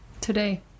today